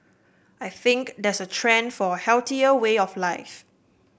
I think there's a trend for a healthier way of life